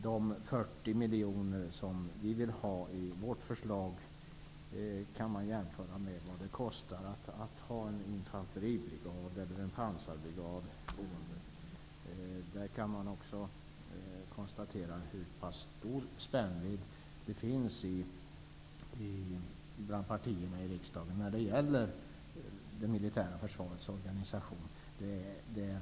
De 40 miljoner kronor som vi föreslår kan man jämföra med vad det kostar att ha en infanteribrigad eller en pansarbrigad boende. Jag kan också konstatera hur stor spännvidden är mellan åsikterna om det militära försvarets organisation mellan partierna i riksdagen.